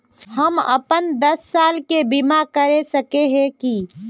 हम अपन दस साल के बीमा करा सके है की?